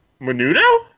Menudo